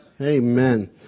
Amen